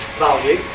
value